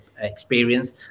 experience